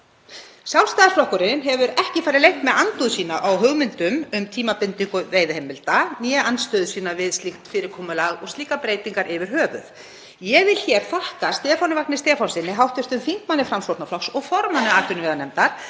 Sjálfstæðisflokkurinn hefur hvorki farið leynt með andúð sína á hugmyndum um tímabindingu veiðiheimilda né andstöðu sína við slíkt fyrirkomulag og slíkar breytingar yfir höfuð. Ég vil þakka Stefáni Vagni Stefánssyni, hv. þingmanni Framsóknarflokks og formanni atvinnuveganefndar,